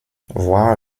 voir